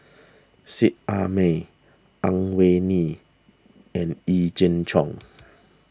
Seet Ai Mee Ang Wei Neng and Yee Jenn Jong